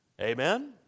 Amen